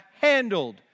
handled